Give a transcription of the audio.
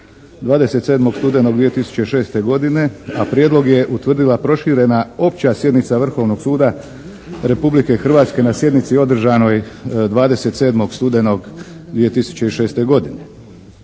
27. studenoga 2006. godine, a prijedlog je utvrdila proširena opća sjednica Vrhovnog suda Republike Hrvatske na sjednici održanoj 27. studenoga 2006. godine.